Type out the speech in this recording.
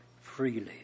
freely